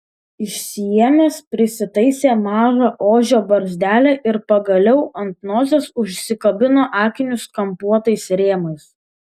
išsiėmęs prisitaisė mažą ožio barzdelę ir pagaliau ant nosies užsikabino akinius kampuotais rėmais